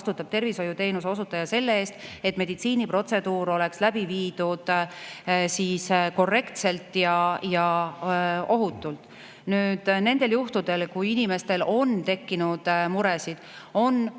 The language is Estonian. vastutab tervishoiuteenuse osutaja selle eest, et meditsiiniprotseduur oleks läbi viidud korrektselt ja ohutult. Nendel juhtudel, kui inimestel on tekkinud muresid –